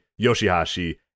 Yoshihashi